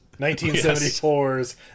1974's